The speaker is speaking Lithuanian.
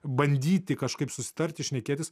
bandyti kažkaip susitarti šnekėtis